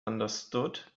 understood